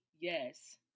yes